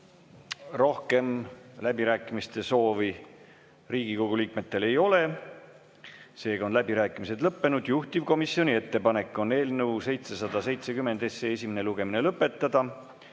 Rohkem läbirääkimiste soovi Riigikogu liikmetel ei ole, seega on läbirääkimised lõppenud. Juhtivkomisjoni ettepanek on eelnõu 770 esimene lugemine lõpetada.